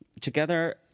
together